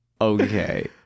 Okay